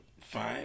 fine